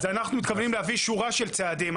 אז אנחנו מתכוונים להביא שורה של צעדים,